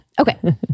Okay